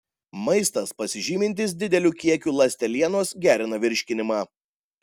maistas pasižymintis dideliu kiekiu ląstelienos gerina virškinimą